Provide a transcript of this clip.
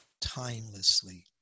timelessly